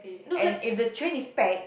and if the train is spake